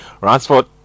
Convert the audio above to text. Ransford